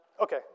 Okay